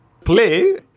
play